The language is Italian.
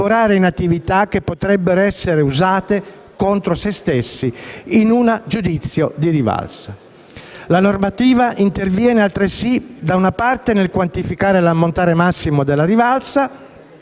collaborare in attività che potrebbero essere usate contro se stessi in un giudizio di rivalsa. La normativa interviene altresì da una parte nel quantificare l'ammontare massimo della rivalsa,